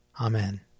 Amen